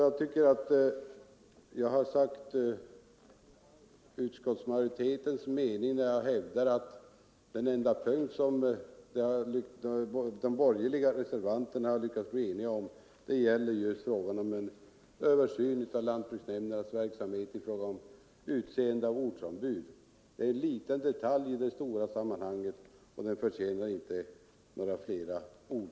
Jag anser mig ha framfört utskottsmajoritetens mening när jag hävdar att den enda punkt de borgerliga reservanterna har lyckats bli eniga om gäller en översyn av lantbruksnämndernas verksamhet i fråga om utseende av ortsombud. Det är en liten detalj i det stora sammanhanget och den förtjänar inte fler ord.